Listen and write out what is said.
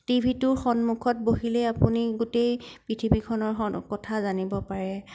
T ভিটোৰ সন্মুখত বহিলেই আপুনি গোটেই পৃথিৱীখনৰ কথা জানিব পাৰে